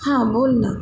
हां बोल ना